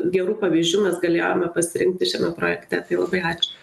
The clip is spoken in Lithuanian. gerų pavyzdžių mes galėjome pasirinkti šiame projekte tai labai ačiū